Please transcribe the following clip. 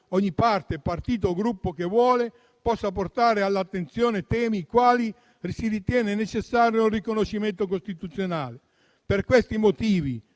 ogni parte, partito o Gruppo che lo voglia possa portare all'attenzione temi dei quali si ritiene necessario un riconoscimento costituzionale. Per questi motivi,